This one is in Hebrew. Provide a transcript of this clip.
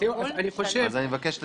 אני מבקש לדייק.